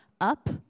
up